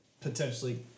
potentially